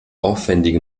aufwendige